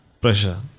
pressure